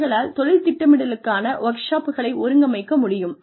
அவர்களால் தொழில் திட்டமிடலுக்கான வொர்க்ஷாப்களை ஒருங்கமைக்க முடியும்